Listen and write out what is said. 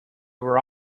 were